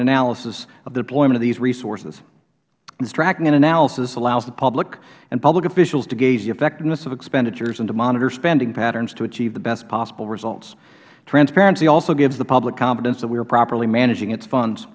analysis of deployment of these resources tracking and analysis allows the public and public officials to gauge the effectiveness of expenditures and to monitor spending patterns to achieve the best possible results transparency also gives the public confidence that we are properly managing its funds